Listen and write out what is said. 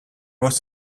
was